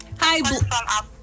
Hi